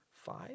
Five